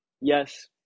Yes